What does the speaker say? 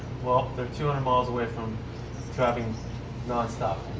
well, they're two hundred miles away from driving nonstop